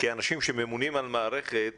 שכאנשים שממונים על מערכת